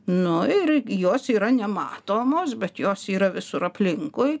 nu ir jos yra nematomos bet jos yra visur aplinkui